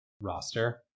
roster